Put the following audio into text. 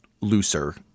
looser